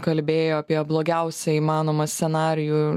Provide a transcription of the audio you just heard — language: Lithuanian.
kalbėjo apie blogiausią įmanomą scenarijų